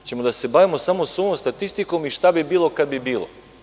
Hoćemo li da se bavimo samo suvom statistikom i šta bi bilo kad bi bilo?